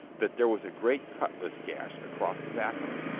that there was a great cutlass gash across the back of it,